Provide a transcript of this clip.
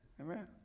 Amen